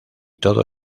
todo